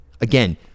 Again